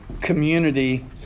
community